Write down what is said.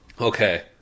Okay